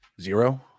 Zero